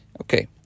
Okay